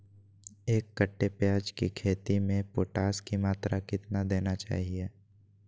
एक कट्टे प्याज की खेती में पोटास की मात्रा कितना देना चाहिए?